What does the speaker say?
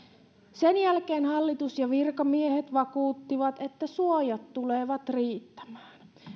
sen jälkeen hallitus ja virkamiehet vakuuttivat että suojat tulevat riittämään